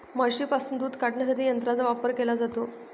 म्हशींपासून दूध काढण्यासाठी यंत्रांचा वापर केला जातो